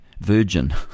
virgin